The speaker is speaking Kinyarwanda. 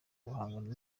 guhangana